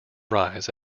rise